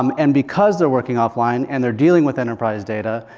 um and because they're working offline, and they're dealing with enterprise data,